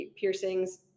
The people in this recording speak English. piercings